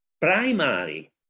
primary